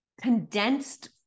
condensed